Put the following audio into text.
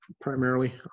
primarily